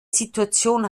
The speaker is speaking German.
situation